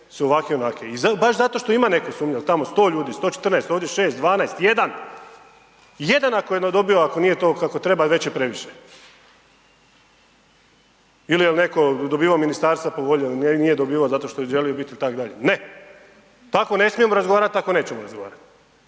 su ovakve i onakve i baš zato što ima netko sumnje jel tamo 100 ljudi, 114, ovdje 6, 12, 1, 1 ako je dobio ako to nije kako treba već je previše ili jel netko dobivao ministarstva po volji ili nije dobivao zato što je želio biti itd., ne, tako ne smijemo razgovarat ako nećemo razgovarat.